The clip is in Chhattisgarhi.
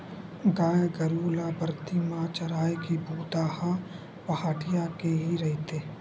गाय गरु ल बरदी म चराए के बूता ह पहाटिया के ही रहिथे